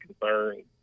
concerns